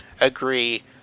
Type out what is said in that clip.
agree